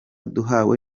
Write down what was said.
duhawe